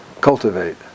cultivate